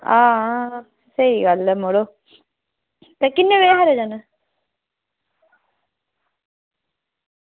आं स्हेई गल्ल ऐ मड़ो ते किन्ने बजे हारे जाना